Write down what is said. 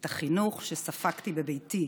את החינוך שספגתי בביתי,